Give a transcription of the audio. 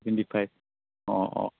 बिनिफ्राय अ अ अ